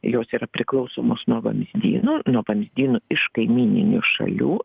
jos yra priklausomos nuo vamzdynų nuo vamzdynų iš kaimyninių šalių